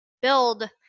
build